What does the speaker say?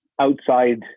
outside